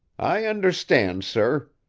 i understand, sir.